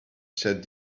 said